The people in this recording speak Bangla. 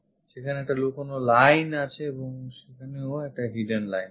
সেখানে একটা লুকোনো line আছে এবং সেখানেও একটা লুকোনো line আছে